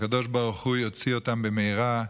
שהקדוש ברוך הוא יוציא אותם במהרה,